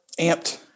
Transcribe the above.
amped